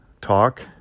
talk